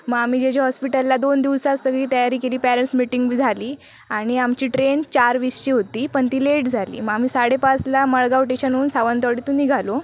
मग आम्ही जे जे हॉस्पिटलला दोन दिवसात सगळी तयारी केली पॅरेंन्ट्स मिटिंग पण झाली आणि आमची ट्रेन चार वीसची होती पण ती लेट झाली मग आम्ही साडेपाचला मडगाव स्टेशनहुन सावंतवाडीतून निघालो